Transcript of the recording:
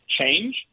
change